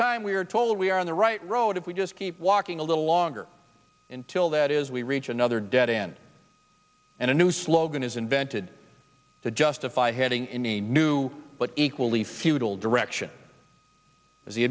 time we are told we are on the right road if we just keep walking a little longer until that is we reach another dead end and a new slogan is invented to justify heading in a new but equally futile direction as the